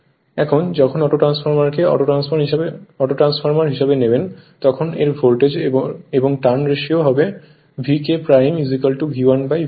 এখন যখন অটোট্রান্সফরমারকে অটোট্রান্সফরমার হিসেবে নেবেন তখন এর ভোল্টেজ এবং টার্নস রেশিও হবে VK V1V2